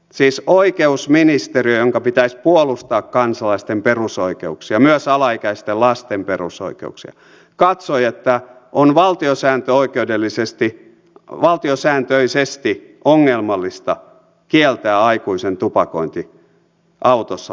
siis oikeusministeriö jonka pitäisi puolustaa kansalaisten perusoikeuksia myös alaikäisten lasten perusoikeuksia katsoi että on valtiosääntöisesti ongelmallista kieltää aikuisen tupakointi autossa lapsen läsnä ollessa